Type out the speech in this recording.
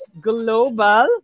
Global